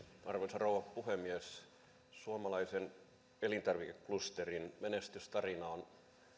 arvoisa rouva puhemies suomalaisen elintarvikeklusterin menestystarina on